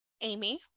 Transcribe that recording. Amy